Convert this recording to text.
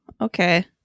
okay